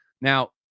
Now